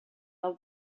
the